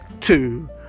two